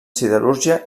siderúrgia